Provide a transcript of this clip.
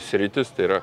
sritys tai yra